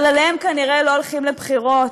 אבל עליהם כנראה לא הולכים לבחירות,